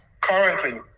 currently